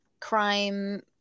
crime